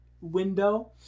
window